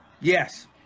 yes